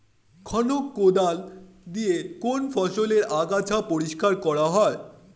খনক কোদাল দিয়ে কোন ফসলের আগাছা পরিষ্কার করা হয়?